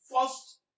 first